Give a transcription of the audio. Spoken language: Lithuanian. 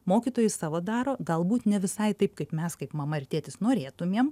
mokytojai savo daro galbūt ne visai taip kaip mes kaip mama ir tėtis norėtumėm